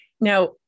Now